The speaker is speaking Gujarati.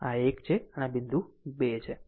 તો આ 1 છે અને આ બિંદુ 2 છે